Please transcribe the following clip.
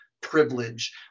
privilege